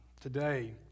Today